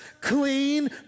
clean